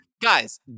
Guys